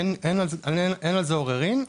אין על זה עוררין.